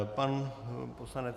Pan poslanec